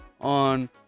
on